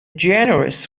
generous